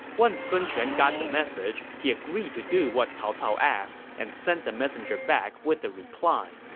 once sun quan got the message, he agreed to do what cao cao asked and sent the messenger back with a reply.